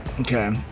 Okay